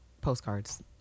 postcards